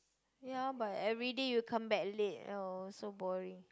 ya but every day you come back late oh so boring